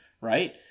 right